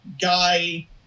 guy